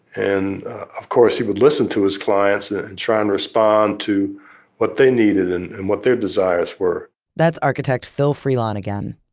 and, of course, he would listen to his clients ah and try and respond to what they needed, and and what their desires were that's architect phil freelon again.